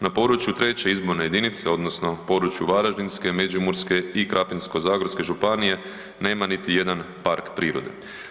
Na području 3. izborne jedinice odnosno području Varaždinske, Međimurske i Krapinsko-zagorske županije nema niti jedan park prirode.